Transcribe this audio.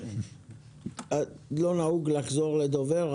לא נהוג לחזור לדובר,